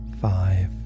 five